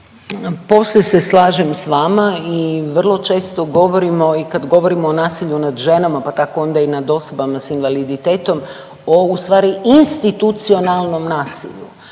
Posve se slažem s vama i vrlo često govorimo i kad govorimo o nasilju nad ženama pa tako onda i nad osobama s invaliditetom o ustvari institucionalnom nasilju.